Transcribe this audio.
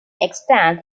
extant